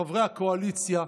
חברי הקואליציה: